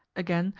again,